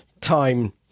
time